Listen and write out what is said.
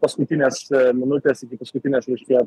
paskutinės minutės iki paskutinės reiškia